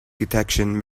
detection